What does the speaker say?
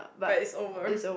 but it's over